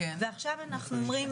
ועכשיו אנחנו אומרים,